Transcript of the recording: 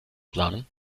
planen